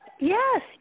Yes